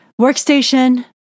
workstation